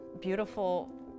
beautiful